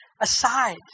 aside